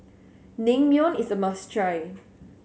naengmyeon is a must try